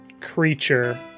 creature